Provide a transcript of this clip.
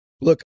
Look